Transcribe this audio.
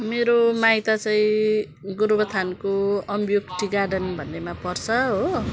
मेरो माइत चाहिँ गोरुबथानको अम्बियोक टी गार्डन भन्नेमा पर्छ हो